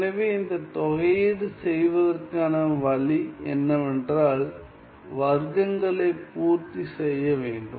எனவே இந்த தொகையீடு செய்வதற்கான வழி என்னவென்றால் வர்க்கங்களை பூர்த்தி செய்ய வேண்டும்